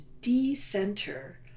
de-center